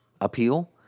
appeal